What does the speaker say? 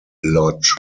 lodge